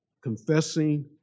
confessing